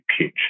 pitch